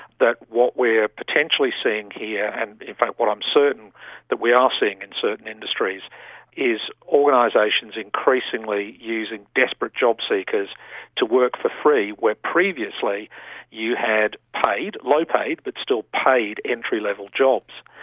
that what we are potentially seeing here and in fact what i'm certain that we are seeing in certain industries is organisations increasingly using desperate job seekers to work for free where previously you had paid, low paid but still paid, entry-level jobs.